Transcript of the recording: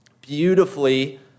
beautifully